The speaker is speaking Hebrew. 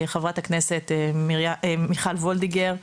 חברת הכנסת מיכל וולדיגר.